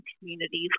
communities